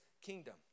kingdom